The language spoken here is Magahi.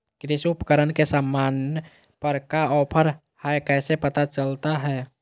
कृषि उपकरण के सामान पर का ऑफर हाय कैसे पता चलता हय?